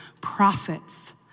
prophets